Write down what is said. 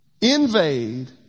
invade